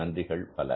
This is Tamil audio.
நன்றிகள் பல